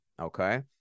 okay